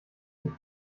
die